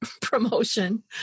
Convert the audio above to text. promotion